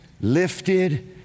lifted